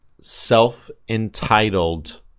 self-entitled